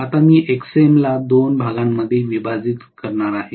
आता मी Xm ला दोन भागांमध्ये विभाजित करणार आहे